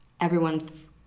everyone's